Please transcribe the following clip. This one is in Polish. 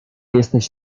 jesteś